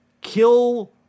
kill